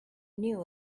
knew